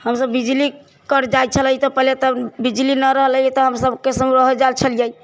हमसब बिजली कटि जाइ छलै तऽ पहिले तऽ बिजली नहि रहलैय तऽ हमसब कैसनो रहि जाइ छलियै